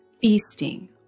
feasting